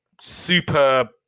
super